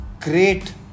Great